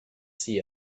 see